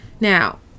now